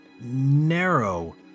narrow